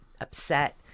upset